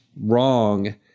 wrong